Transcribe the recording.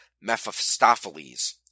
Mephistopheles